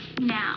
Now